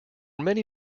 many